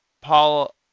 Paul